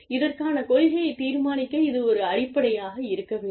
இதற்கான கொள்கையைத் தீர்மானிக்க இது ஒரு அடிப்படையாக இருக்க வேண்டும்